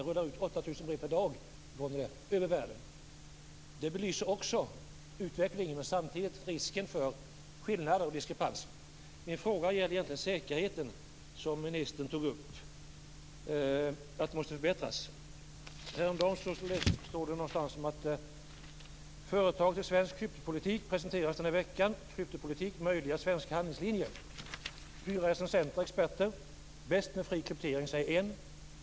De sänder ut 8 000 brev per dag över världen. Det belyser utvecklingen men också risken för diskrepanser. Min fråga gäller egentligen att säkerheten måste förbättras, som ministern tog upp. Häromdagen läste jag att företag i svensk kryptopolitik presenteras i veckan under rubriken Kryptopolitik - möjliga svenska handelslinjer. Av fyra recensenter och experter säger en: Bäst med fri kryptering.